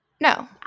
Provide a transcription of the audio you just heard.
no